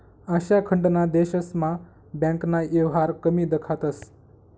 आशिया खंडना देशस्मा बँकना येवहार कमी दखातंस